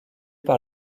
par